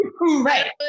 Right